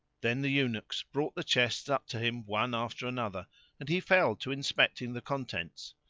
then the eunuchs brought the chests up to him one after another and he fell to inspecting the contents,